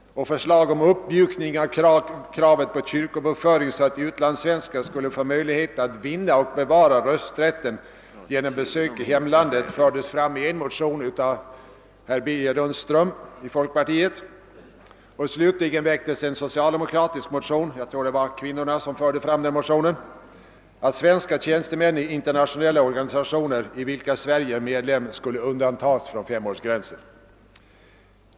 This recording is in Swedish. Förslag om uppmjukning av kravet på kyrkobokföring så att utlandssvenskar skulle få möjlighet att vinna eller bevara rösträtten genom besök i hemlandet fördes fram i en motion av herr Birger Lundström i folkpartiet. Slutligen väcktes en socialdemokratisk motion — jag tror att det var kvinnorna som väckte den — om att svenska tjänstemän i internationella organisationer, i vilka Sverige är medlem, skulle undantas från femårsgränsen.